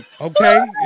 Okay